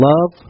love